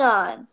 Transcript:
on